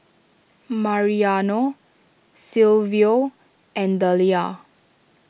Mariano Silvio and Dellia